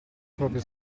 proprio